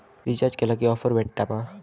Recharge केला की offers भेटात मा?